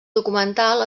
documental